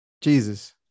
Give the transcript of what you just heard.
Jesus